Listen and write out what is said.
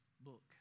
book